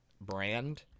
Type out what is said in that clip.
brand